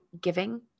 giving